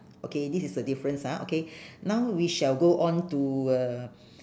okay this is the difference ah okay now we shall go on to uh